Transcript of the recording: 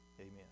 Amen